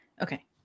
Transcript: Okay